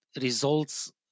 results